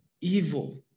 evil